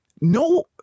no